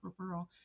referral